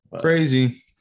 crazy